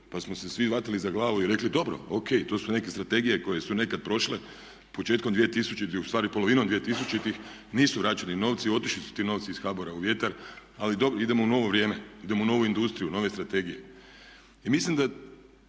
pa smo se svi hvatali za glavu i rekli dobro, O.K, to su neke strategije koje su nekada prošle početkom 2000., ustvari polovinom 2000. nisu vraćeni novci i otišli su ti novici iz HBOR-a u vjetar ali dobro idemo u novo vrijeme, idemo u novu industriju, u nove strategije. I mislim da